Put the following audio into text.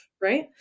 right